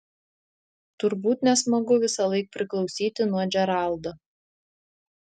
turbūt nesmagu visąlaik priklausyti nuo džeraldo